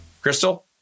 Crystal